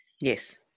Yes